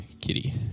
Kitty